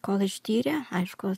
kol ištyrė aišku